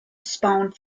spawned